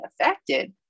affected